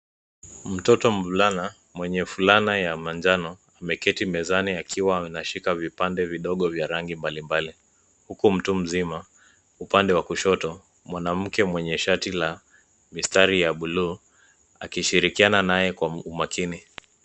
Mtoto mvulana mwenye fulana ya manjano ameketi mezani akiwa anashika vipande vidogo vya rangi mbalimbali, huku mtu mzima, upande wa kushoto, mwanamke mwenye shati la mistari ya buluu akishirikiana naye kwa umakini.